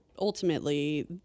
Ultimately